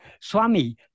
Swami